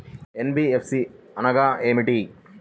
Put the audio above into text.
NBFC అనగా ఏమిటీ?